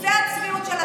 זו הצביעות של השמאל.